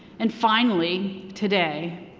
and finally today,